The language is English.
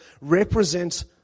represent